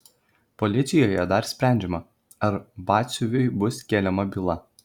policijoje dar sprendžiama ar batsiuviui bus keliama byla